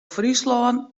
fryslân